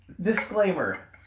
disclaimer